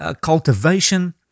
cultivation